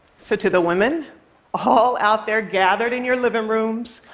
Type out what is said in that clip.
so to the women all out there gathered in your living rooms,